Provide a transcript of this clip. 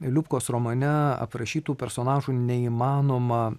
liubkos romane aprašytų personažų neįmanoma